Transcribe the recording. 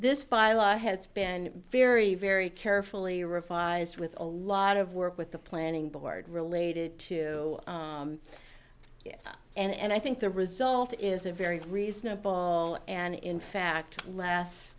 this phyla has been very very carefully revised with a lot of work with the planning board related to it and i think the result is a very reasonable and in fact last